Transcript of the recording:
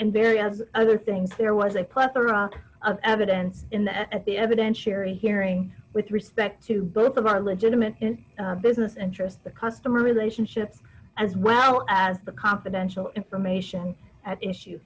and very as other things there was a plethora of evidence in that at the evidentiary hearing with respect to both of our legitimate business interests the customer relationships as well as the confidential information at issue